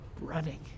running